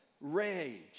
rage